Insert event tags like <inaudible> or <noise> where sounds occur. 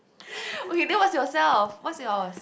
<breath> okay then what's yourself what's yours